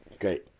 Great